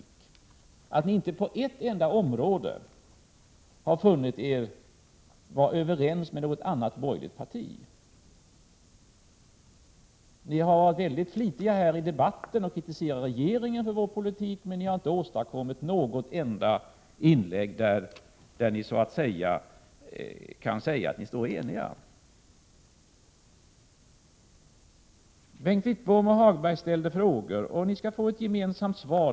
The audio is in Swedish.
Ni har inte på ett enda område funnit er vara överens med något annat borgerligt parti. Ni har varit mycket flitiga i debatten att kritisera regeringen för vår politik, men ni har inte åstadkommit något enda inlägg där ni kan säga att ni står eniga. Bengt Wittbom och Lars-Ove Hagberg ställde frågor, och ni skall få ett gemensamt svar.